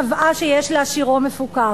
קבעה שיש להשאירו מפוקח.